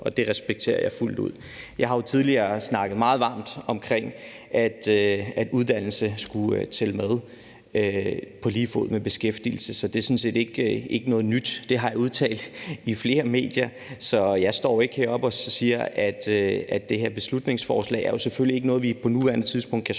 Og det respekterer jeg fuldt ud. Jeg har jo tidligere talt meget varmt for, at uddannelse skulle tælle med på lige fod med beskæftigelse, så det er sådan set ikke noget nyt; det har jeg udtalt i flere medier. Det her beslutningsforslag er jo selvfølgelig ikke noget, vi på nuværende tidspunkt kan støtte.